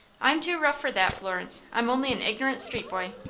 i'm too rough for that, florence. i'm only an ignorant street boy.